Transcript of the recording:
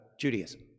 Judaism